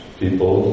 people